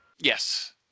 Yes